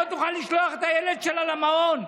למעון.